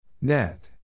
Net